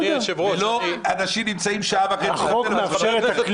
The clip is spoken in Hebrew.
לא אנשים נמצאים שעה וחצי --- אני חייב